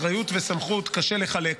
אחריות וסמכות קשה לחלק.